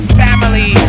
family